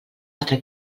altra